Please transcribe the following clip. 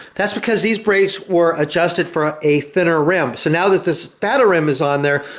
that's because these brakes where adjusted for a thinner rim so now that this fatter rim is on there,